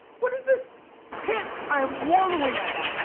what is this pit i am wallowing in?